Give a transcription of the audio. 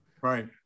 Right